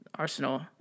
Arsenal